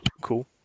Cool